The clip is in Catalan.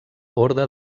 orde